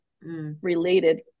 related